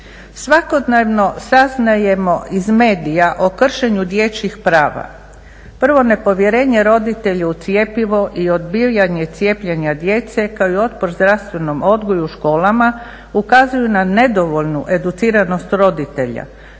Svakodnevno saznajemo iz medija o kršenju dječjih prava. Prvo, nepovjerenje roditelja u cjepivo i odbijanje cijepljenja djece kao i otpor zdravstvenom odgoju u školama, ukazuju na nedovoljnu educiranost roditelja,